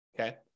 okay